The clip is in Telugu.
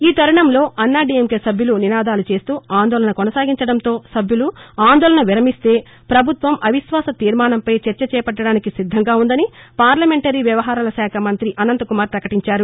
ఈ తరుణంలో అన్నాడీఎంకే సభ్యులు నినాదాలు చేస్తూ ఆందోళన కొనసాగించడంతో సభ్యులు ఆందోళన విరమిస్తే ప్రభుత్వం అవిశ్వాస తీర్మానంపై చర్చ చేపట్టడానికి సిద్దంగా ఉందని పార్లమెంటరీ వ్యవహారాల శాఖ మంత్రి అనంత్ కుమార్ పకటించారు